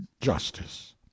justice